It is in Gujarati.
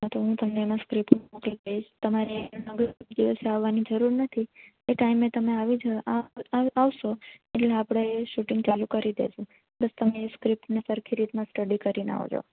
હા તો હું તમને એમાં સ્ક્રિપ્ટ મોકલી દઈશ તમારે અહીં આગળ દિવસે આવની જરૂર નથી એ ટાઈમ એ તમે આવી જાવ આવશો એ આપણે એ શૂટિંગ ચાલુ કરી દેજે બસ તમે એ સ્ક્રિપ્ટને સરખી રીતને સ્ટડી કરીને આવજો